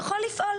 הוא יכול לפעול,